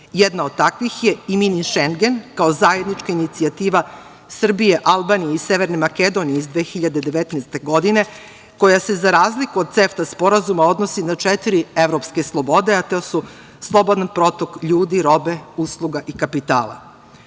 Jedna od takvih je i mini Šengen, kao zajednička inicijativa Srbije, Albanije i Severne Makedonije iz 2019. godine, koja se za razliku od CEFTA sporazuma odnosi na četiri evropske slobode, a to su - slobodan protok ljudi, robe, usluga i kapitala. Kako